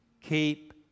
keep